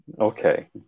Okay